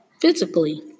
Physically